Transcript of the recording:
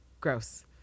Gross